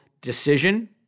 decision